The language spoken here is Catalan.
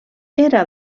era